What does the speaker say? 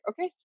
okay